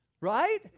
Right